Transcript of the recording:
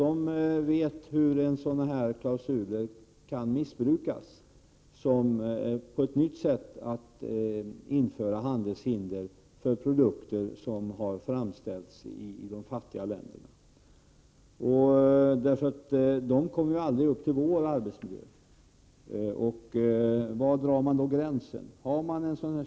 De vet hur sådana klausuler kan missbrukas som ett nytt sätt att införa handelshinder för produkter som har framställts i de fattiga länderna. De kommer aldrig upp till vår arbetsmiljö. Var drar man då gränserna?